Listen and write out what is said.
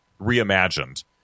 reimagined